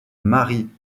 marie